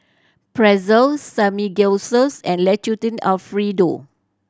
Pretzel Samgeyopsals and Alfredo